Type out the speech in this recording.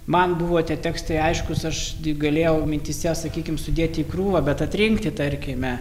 man buvo tie tekstai aiškūs aš galėjau mintyse sakykim sudėti į krūvą bet atrinkti tarkime